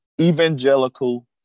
Evangelical